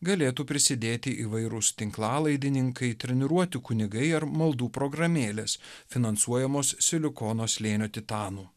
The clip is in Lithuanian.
galėtų prisidėti įvairūs tinklalaidininkai treniruoti kunigai ar maldų programėlės finansuojamos silikono slėnio titanų